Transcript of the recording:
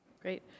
Great